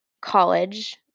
college